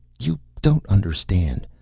you don't understand.